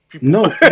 No